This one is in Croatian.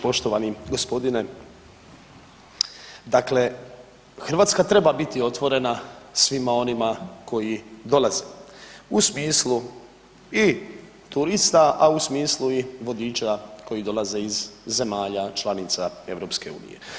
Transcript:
Poštovani gospodine, dakle Hrvatska treba biti otvorena svima onima koji dolaze u smislu i turistu, a u smislu i vodiča koji dolaze iz zemalja članica EU.